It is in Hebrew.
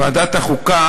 ועדת החוקה